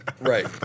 Right